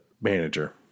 manager